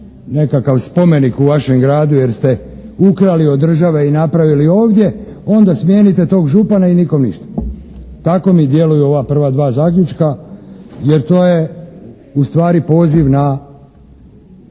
nekakav spomenik u vašem gradu jer ste ukrali od države i napravili ovdje, onda smijenite tog župana i nikom' ništa. Tako mi djeluju ova prva dva zaključka jer to je u stvari poziv na